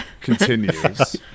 continues